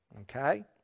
Okay